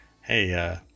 Hey